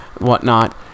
whatnot